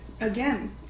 again